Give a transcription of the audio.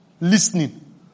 listening